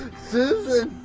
susan,